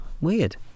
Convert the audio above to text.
weird